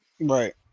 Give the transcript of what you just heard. Right